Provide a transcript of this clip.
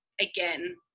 again